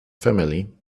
family